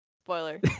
Spoiler